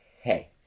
hey